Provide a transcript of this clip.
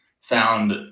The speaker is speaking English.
found